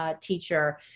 teacher